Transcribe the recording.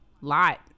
lot